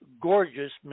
gorgeous